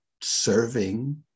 serving